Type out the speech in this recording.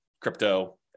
crypto